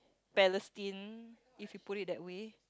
Palestine if you put it that way